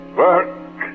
work